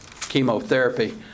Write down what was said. chemotherapy